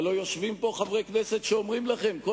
הלוא יושבים פה חברי כנסת שאומרים לכם כל